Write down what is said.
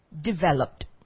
developed